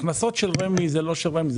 ההכנסות של רמ"י הן לא של רמ"י.